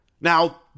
Now